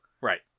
Right